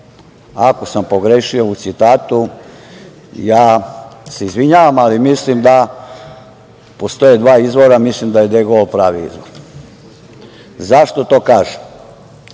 Ako sam pogrešio u citatu, ja se izvinjavam, ali mislim postoje dva izvora, mislim da je De Gol pravi izvor. Zašto to kažem?